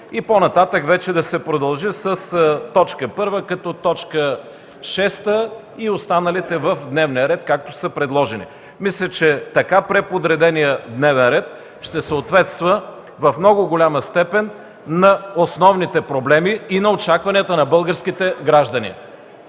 По-нататък да се продължи с точка първа като точка шеста и останалите в дневния ред, както са предложени. Мисля, че така преподреденият дневен ред ще съответства в много голяма степен на основните проблеми и на очакванията на българските граждани.